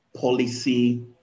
policy